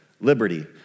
liberty